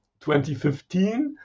2015